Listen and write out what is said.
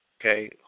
Okay